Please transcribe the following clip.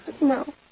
No